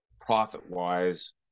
profit-wise